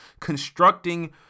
constructing